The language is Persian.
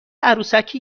عروسکی